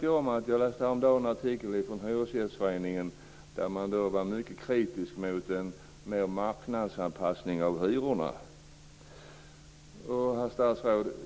Jag läste häromdagen en artikel där en hyresgästförening var mycket kritisk mot en större marknadsanpassning av hyrorna. Herr statsråd!